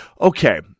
Okay